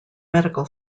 medical